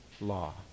law